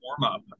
warm-up